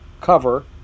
cover